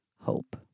hope